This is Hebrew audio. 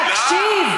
תקשיב.